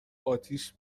آتیش